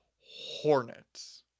Hornets